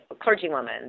clergywoman